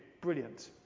Brilliant